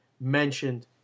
mentioned